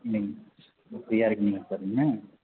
ம் இப்போ ஃப்ரீயாக இருக்கீங்களா சார் நீங்கள்